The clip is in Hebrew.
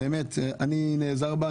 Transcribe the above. אני נעזר בה.